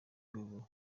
y’ubu